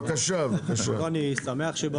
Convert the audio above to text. בבקשה, בבקשה.